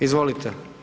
Izvolite.